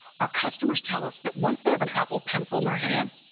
our customers tell us that once they have an apple pencil in their hand,